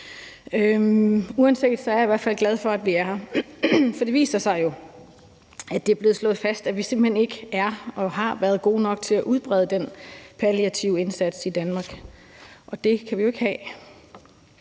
i hvert fald glad for, at vi er her. For det viser sig jo, at det er blevet slået fast, at vi simpelt hen ikke er eller har været gode nok til at udbrede den palliative indsats i Danmark, og det kan vi jo ikke have.